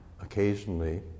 Occasionally